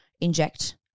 inject